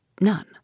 None